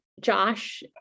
Josh